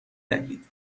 دهید